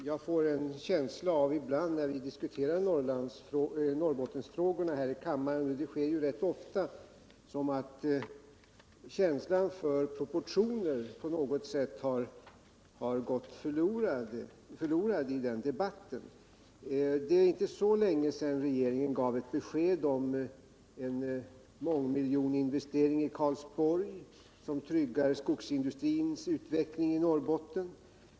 Herr talman! När vi här i kammaren diskuterar Norrbottensfrågorna — och det sker ju ganska ofta — får jag ibland en känsla av att sinnet för proportioner på något sätt har gått förlorat i den debatten. Det är ju inte så länge sedan regeringen gav besked om en mångmiljonerinvestering i Karlsborg, som tryggar utvecklingen i skogsindustrin i Norrbotten.